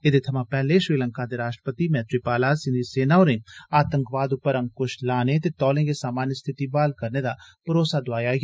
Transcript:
एह्दे थमां पैहले श्रीलंका दे राष्ट्रपति मैत्रीपाला सिरीसेना होरें आतंकवाद उप्पर अंक्श लाने ते तौले गै सामान्य स्थिति ब्हाल करने दा भरोसा दोआया ऐ